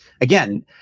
again